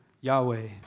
Yahweh